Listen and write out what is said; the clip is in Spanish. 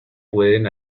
pueden